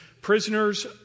prisoners